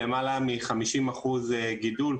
למעלה מ-50 אחוזים גידול,